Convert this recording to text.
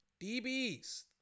DBS